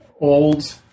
old